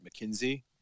McKinsey